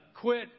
quit